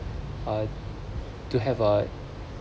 uh to have a